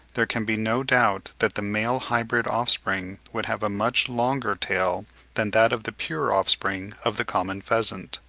there can be no doubt that the male hybrid offspring would have a much longer tail than that of the pure offspring of the common pheasant.